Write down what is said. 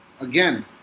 again